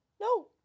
No